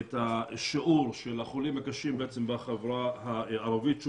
את השיעור של החולים הקשים בחברה הערבית,